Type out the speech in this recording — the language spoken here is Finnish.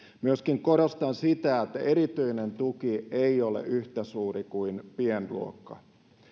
myöskin korostan sitä että erityinen tuki ei ole yhtä suuri kuin pienluokka